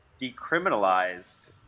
decriminalized